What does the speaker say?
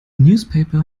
newspaper